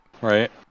Right